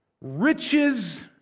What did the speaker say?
riches